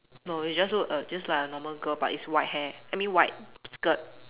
no it just look err just like a normal girl but it's white hair I mean white skirt